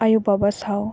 ᱟᱭᱳ ᱵᱟᱵᱟ ᱥᱟᱶ